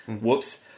Whoops